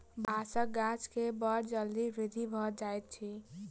बांसक गाछ के बड़ जल्दी वृद्धि भ जाइत अछि